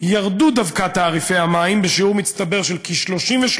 ירדו דווקא תעריפי המים בשיעור מצטבר של כ-35%,